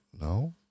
No